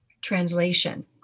translation